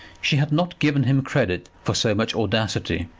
she had not given him credit for so much audacity,